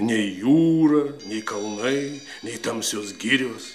nei jūra nei kalnai nei tamsios girios